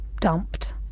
dumped